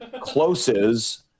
Closes